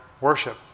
worship